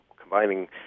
combining